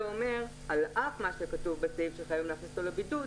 התיקון המוצע עכשיו אומר שעל אף שחייבים להכניס אותו לבידוד,